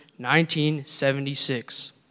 1976